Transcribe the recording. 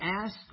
ask